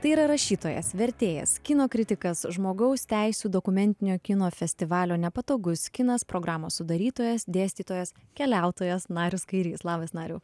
tai yra rašytojas vertėjas kino kritikas žmogaus teisių dokumentinio kino festivalio nepatogus kinas programos sudarytojas dėstytojas keliautojas narius kairys labas nariau